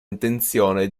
intenzione